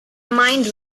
mind